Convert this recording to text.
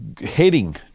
heading